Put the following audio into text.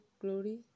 glory